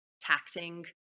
taxing